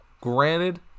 Granted